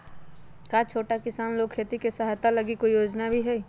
का छोटा किसान लोग के खेती सहायता के लगी कोई योजना भी हई?